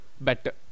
better